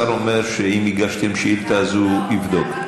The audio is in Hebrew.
השר אומר שאם הגשתן שאילתה אז הוא יבדוק.